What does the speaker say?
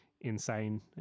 insane